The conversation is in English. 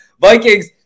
Vikings –